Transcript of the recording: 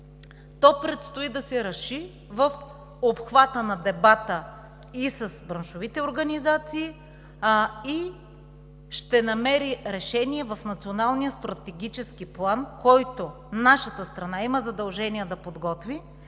то предстои да се реши в дебата и с браншовите организации, и ще намери решение в Националния стратегически план, който нашата страна има задължение да подготви,